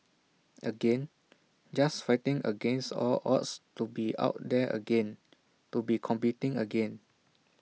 again just fighting against all odds to be out there again to be competing again